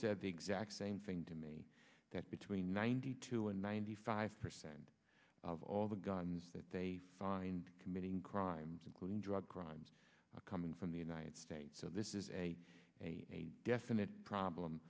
said the exact same thing to me that between ninety two and ninety five percent of all the guns that they find committing crimes including drug crimes are coming from the united states so this is a a definite problem